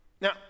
Now